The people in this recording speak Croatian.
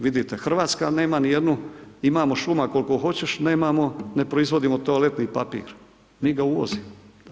Vidite, Hrvatska nema nijednu, imamo šuma koliko hoćeš, nemamo, ne proizvodimo toaletni papir, mi ga uvozimo.